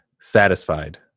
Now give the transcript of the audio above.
satisfied